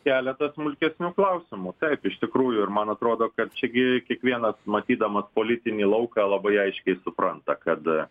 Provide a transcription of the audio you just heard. keletas smulkesnių klausimų taip iš tikrųjų ir man atrodo kad čia gi kiekvienas matydamas politinį lauką labai aiškiai supranta kad